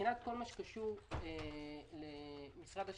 מבחינת כל מה שקשור למשרד השיכון,